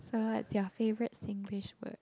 so what's your favourite Singlish word